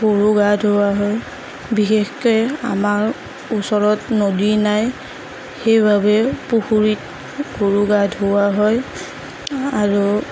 গৰু গা ধুওৱা হয় বিশেষকৈ আমাৰ ওচৰত নদী নাই সেইবাবে পুখুৰীত গৰু গা ধুওৱা হয় আৰু